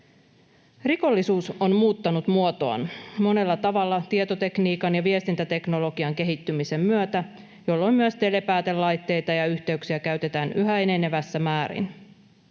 Rikollisuus on muuttanut muotoaan monella tavalla tietotekniikan ja viestintäteknologian kehittymisen myötä, jolloin myös telepäätelaitteita ja -yhteyksiä käytetään yhä enenevässä määrin.